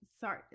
Sorry